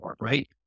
right